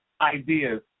ideas